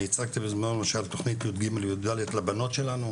אני הצגתי בזמנו למשל תוכנית ל-י"ג י"ד לבנות שלנו,